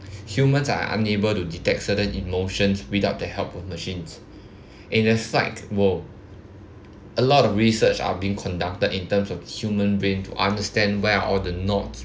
humans are unable to detect certain emotions without the help of machines in a psych world a lot of research are being conducted in terms of human brain to understand where all the nodes